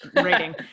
rating